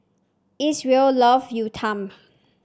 Isreal love Uthapam